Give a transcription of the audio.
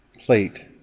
plate